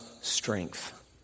strength